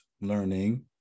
learning